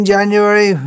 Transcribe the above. January